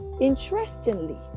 Interestingly